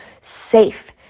safe